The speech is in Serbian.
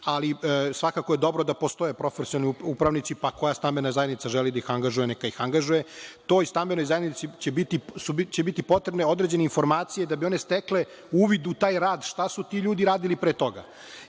ali svakako je dobro da postoje profesionalni upravnici, pa koja stambena zajednica želi da ih angažuje, neka ih angažuje. Toj stambenoj zajednici će biti potrebne određene informacije da bi one stekle uvid u taj rad šta su ti ljudi radili pre toga. Ovaj